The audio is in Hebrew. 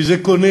כי זה קונה.